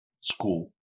School